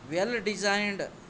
well designed